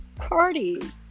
cardi